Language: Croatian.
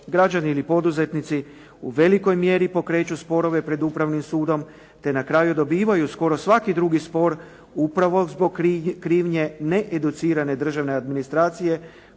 građani ili poduzetnici u velikoj mjeri pokreću sporove pred Upravnim sudom te na kraju dobivaju skoro svaki drugi spor upravo zbog krivnje needucirane državne administracije